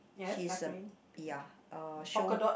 she is a ya uh show